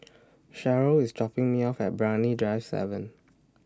Cherryl IS dropping Me off At Brani Drive seven